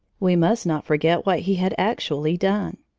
we must not forget what he had actually done.